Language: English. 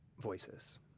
voices